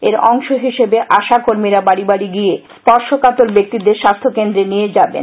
এর অংশ হিসেবে আশাকর্মীরা বাড়ি বাড়ি গিয়ে স্পর্শকাতর ব্যক্তিদের স্বাস্থ্য কেন্দ্রে নিয়ে যাবেন